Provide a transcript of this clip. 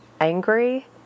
angry